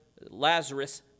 Lazarus